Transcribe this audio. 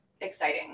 exciting